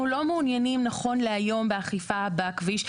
אנחנו לא מעוניינים נכון להיום באכיפה בכביש,